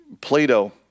Plato